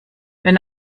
wenn